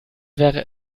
wäre